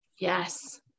Yes